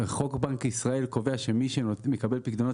חוק בנק ישראל קובע שמי שמקבל פיקדונות